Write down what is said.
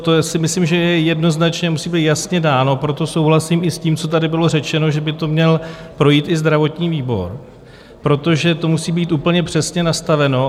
To si myslím, že musí být jednoznačně jasně dáno, proto souhlasím i s tím, co tady bylo řečeno, že by to měl projít i zdravotní výbor, protože to musí být úplně přesně nastaveno.